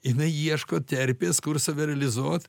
jinai ieško terpės kur save realizuot